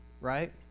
right